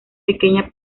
pequeña